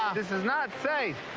this is not safe.